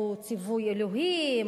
הם ציווי אלוהי,